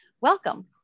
Welcome